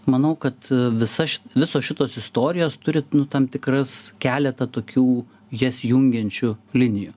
manau kad visas visos šitos istorijos turite nu tam tikras keletą tokių jas jungiančių linijų